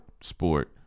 sport